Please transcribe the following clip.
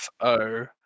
FO